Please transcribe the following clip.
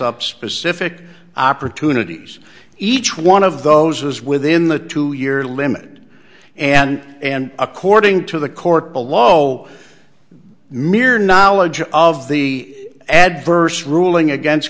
up specific opportunities each one of those was within the two year limit and and according to the court below mere knowledge of the adverse ruling against